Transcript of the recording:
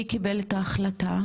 מי קיבל את ההחלטה?